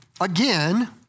again